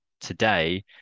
today